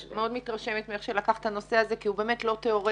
אני מאוד מתרשמת מאיך שלקחת את הנושא הזה כי הוא באמת לא תיאורטי,